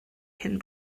cyn